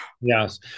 Yes